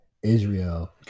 Israel